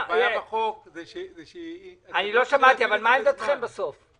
החוכמה היא שתגידי מה עמדת ההסתדרות באשר לחוק הזה.